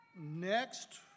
next